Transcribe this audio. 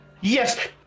Yes